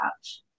touch